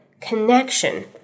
Connection